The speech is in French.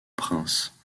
prince